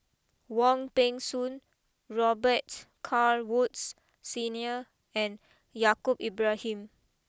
Wong Peng Soon Robet Carr Woods Senior and Yaacob Ibrahim